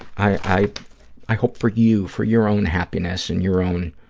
i i hope for you, for your own happiness and your own